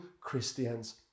Christians